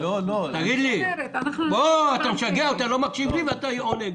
אתה משגע אותי, אתה לא מקשיב לי ואתה גם עונה.